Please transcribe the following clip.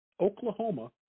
Oklahoma